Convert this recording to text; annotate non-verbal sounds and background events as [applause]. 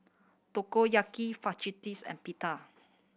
Takoyaki [unintelligible] and Pita